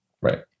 Right